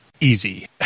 easy